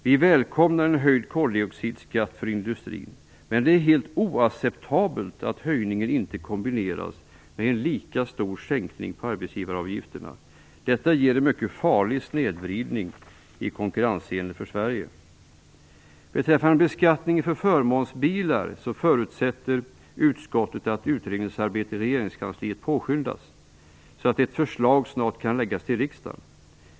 Vi välkomnar en höjd koldioxidskatt för industrin, men det är helt oacceptabelt att höjningen inte kombineras med en lika stor sänkning av arbetsgivaravgifterna. Detta ger en mycket farlig snedvridning i konkurrenshänseende för Sverige. Beträffande beskattningen av förmånsbilar förutsätter utskottet att utredningsarbetet i regeringskansliet påskyndas, så att ett förslag snart kan föreläggas riksdagen.